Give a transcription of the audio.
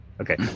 Okay